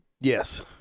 Yes